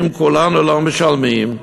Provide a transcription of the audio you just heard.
אם כולנו לא משלמים,